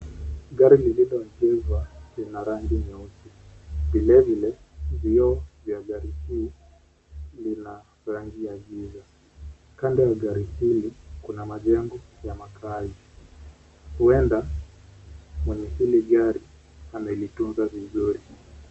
Gari lililoegeshwa lina rangi nyeusi. Vile vile vioo vya gari hii lina rangi ya giza. Kando ya gari hili kuna majengo ya makaazi. Huenda mwenye hili gari amelitunza vizuri.